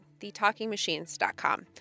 thetalkingmachines.com